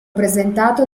presentato